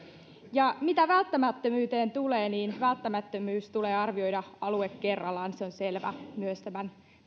pariin mitä välttämättömyyteen tulee niin välttämättömyys tulee arvioida alue kerrallaan se on selvä myös tämän